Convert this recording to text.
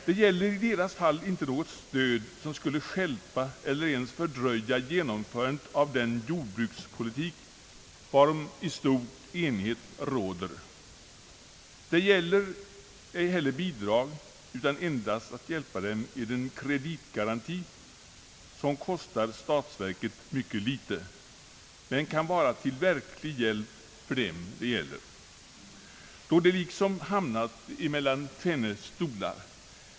Det är i deras fall inte fråga om något stöd som skulle stjälpa eller ens fördröja genomförandet av den jordbrukspolitik, varom stor enighet råder. Det gäller ej heller bidrag utan endast hjälp med en kreditgaranti, som kostar statsverket mycket litet men kan vara till verklig hjälp för dem, då de liksom hamnat mellan tvenne stolar.